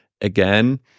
again